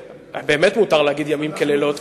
באמת מותר להגיד "ימים כלילות",